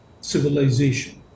civilization